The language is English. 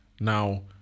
Now